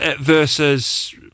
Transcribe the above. versus